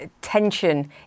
tension